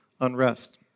unrest